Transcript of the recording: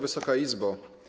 Wysoka Izbo!